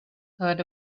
heard